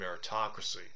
meritocracy